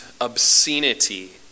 obscenity